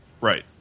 Right